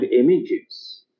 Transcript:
images